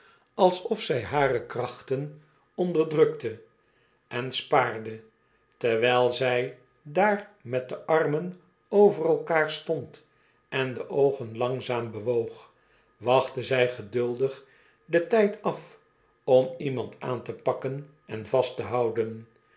alsof zij hare krachten onderdrukte en spaarde terwijl zij daar met de armen over elkaar stond en de oogen langzaam bewoog wachtte zij geduldig den tijd af om iemand aan te pajcken en vastte houden